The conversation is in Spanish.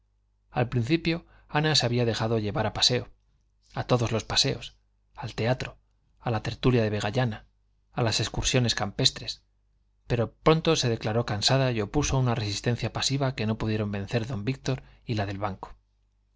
al principio ana se había dejado llevar a paseo a todos los paseos al teatro a la tertulia de vegallana a las excursiones campestres pero pronto se declaró cansada y opuso una resistencia pasiva que no pudieron vencer d víctor y la del banco